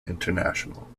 international